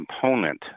component